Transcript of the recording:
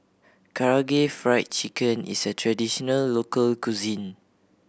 Karaage Fried Chicken is a traditional local cuisine